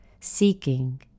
seeking